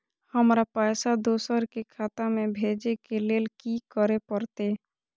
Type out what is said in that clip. हमरा पैसा दोसर के खाता में भेजे के लेल की करे परते?